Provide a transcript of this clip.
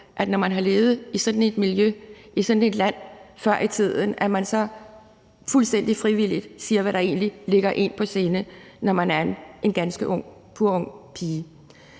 man, når man har levet i sådan et miljø, i sådan et land, tidligere, så fuldstændig frivilligt siger, hvad der egentlig ligger en på sinde, når man er en ganske ung, purung, pige.